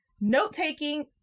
Note-taking